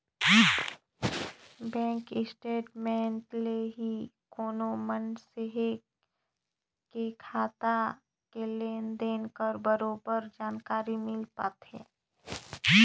bank statement ले ही कोनो मइनसे के खाता के लेन देन कर बरोबर जानकारी मिल पाथे